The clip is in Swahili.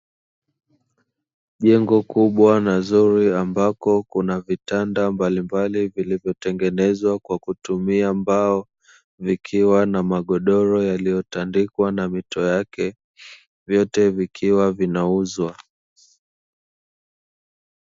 Jengo kubwa na zuri ambapo kuna vitanda mbalimbali, vimetengenezwa kwa kutumia mbao, vikiwa na magodoro yaliyotandikwa na mito yake, vyote vikiwa vinauzwa.